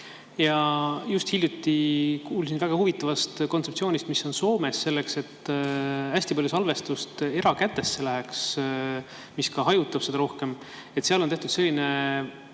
Just hiljuti kuulsin väga huvitavast kontseptsioonist, mis on Soomes. Selleks et hästi palju salvestust erakätesse läheks, nii et see ka hajutab seda rohkem, on seal tehtud selline